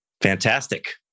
Fantastic